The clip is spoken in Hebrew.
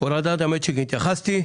להורדת המצ'ינג התייחסתי.